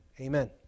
Amen